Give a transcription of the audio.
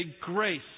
grace